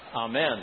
amen